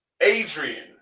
Adrian